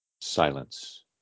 Silence